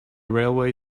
railway